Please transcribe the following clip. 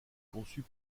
conçu